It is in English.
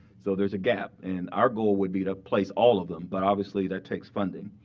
so there's a gap. and our goal would be to place all of them, but obviously that takes funding.